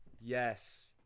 Yes